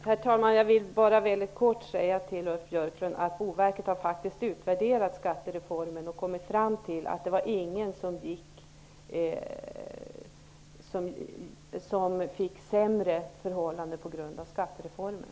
Herr talman! Helt kort vill jag bara säga till Ulf Björklund att Boverket faktiskt har utvärderat skattereformen och kommit fram till att inte någon har fått sämre förhållanden på grund av just skattereformen.